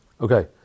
Okay